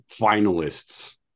finalists